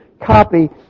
copy